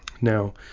now